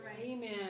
Amen